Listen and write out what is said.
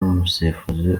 umusifuzi